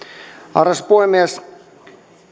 arvoisa puhemies